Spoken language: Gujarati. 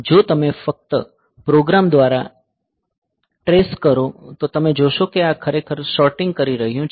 જો તમે ફક્ત પ્રોગ્રામ દ્વારા ટ્રેસ કરો તો તમે જોશો કે આ ખરેખર સોર્ટિંગ કરી રહ્યું છે